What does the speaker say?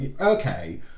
Okay